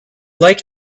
like